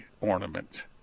ornament